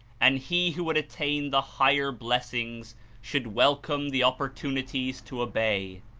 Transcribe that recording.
and he who would attain the higher blessings should welcome the opportunities to obey.